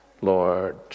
Lord